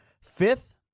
fifth